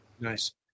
Nice